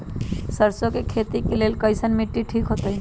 सरसों के खेती के लेल कईसन मिट्टी ठीक हो ताई?